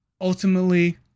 ultimately